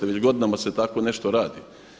Već godinama se tako nešto radi.